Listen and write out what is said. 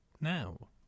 now